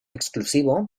exclusivo